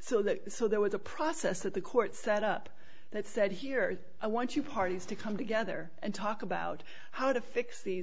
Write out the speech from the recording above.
so that so there was a process that the court set up that said here i want you parties to come together and talk about how to fix these